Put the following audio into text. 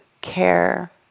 care